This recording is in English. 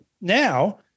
now